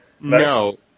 No